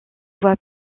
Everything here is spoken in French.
voie